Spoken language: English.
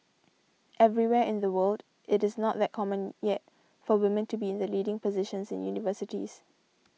everywhere in the world it is not that common yet for women to be in the leading positions in universities